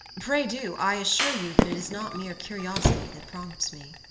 pray do i assure you that it is not mere curiosity that prompts me.